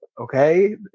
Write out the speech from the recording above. Okay